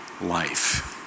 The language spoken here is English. life